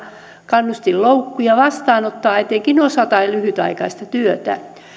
kannustinloukkuja vastaanottaa etenkin osa tai lyhytaikaista työtä